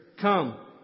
Come